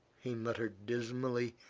he muttered dismally,